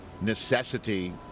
necessity